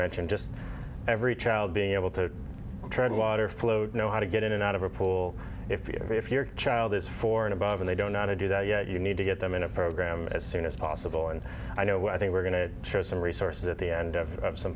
mentioned just every child being able to tread water flowed know how to get in and out of a pool if your child is four and above and they don't know how to do that yet you need to get them in a program as soon as possible and i know what i think we're going to try some resources at the end of some